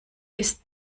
ist